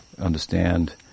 understand